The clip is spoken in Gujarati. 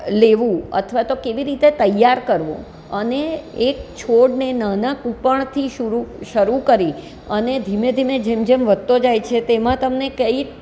લેવું અથવા તો કેવી રીતે તૈયાર કરવું અને એક છોડને નાનાં કૂંપણથી શૂરું શરૂ કરી અને ધીમે ધીમે જેમ જેમ વધતો જાય છે તેમાં તમને કઈ